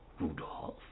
rudolph